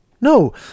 No